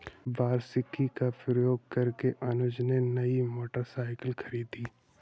वार्षिकी का प्रयोग करके ही अनुज ने नई मोटरसाइकिल खरीदी